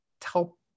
tell